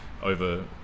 over